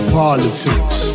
politics